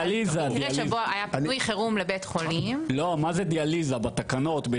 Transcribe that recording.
מה זה דיאליזה בתקנות?